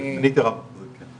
אני הייתי רב מחוז כן.